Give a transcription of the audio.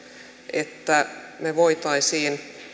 että me voisimme voisimme